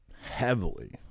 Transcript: heavily